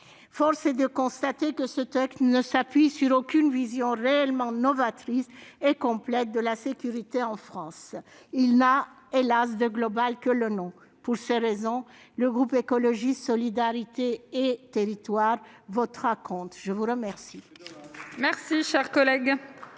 Force est de constater que ce texte ne s'appuie sur aucune vision réellement novatrice et complète de la sécurité en France. Il n'a, hélas ! de global que le nom. Pour ces raisons, le groupe Écologiste- Solidarité et Territoires votera contre. C'est dommage